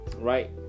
right